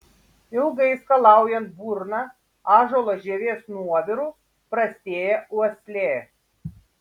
ilgai skalaujant burną ąžuolo žievės nuoviru prastėja uoslė